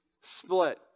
split